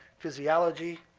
physiology,